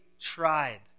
tribe